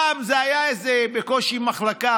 פעם זו הייתה בקושי מחלקה,